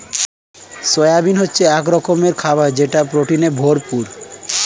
soybean হচ্ছে এক রকমের খাবার যেটা প্রোটিনে ভরপুর